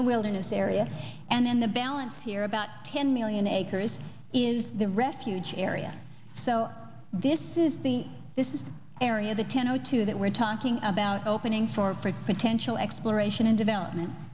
the wilderness area and in the balance here about ten million acres is the refuge area so this is the this is area the ten o two that we're talking about opening for produce potential exploration and development